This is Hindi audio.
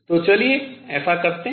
तो चलिए ऐसा करते हैं